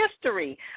history